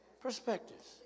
perspectives